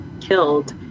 killed